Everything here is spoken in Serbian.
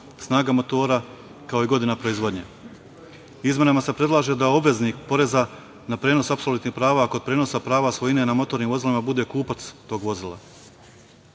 snaga motora, kao i godina proizvodnje. Izmenama se predlaže da obveznik poreza na prenos apsolutnih prava kod prenosa prava svojine na motornim vozilima bude kupac tog vozila. Kada